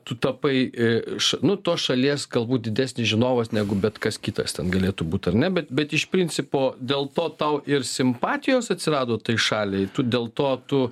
tu tapai iš nu tos šalies galbūt didesnis žinovas negu bet kas kitas ten galėtų būt ar ne bet bet iš principo dėl to tau ir simpatijos atsirado tai šaliai tu dėl to tu